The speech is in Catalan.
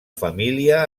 família